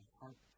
heart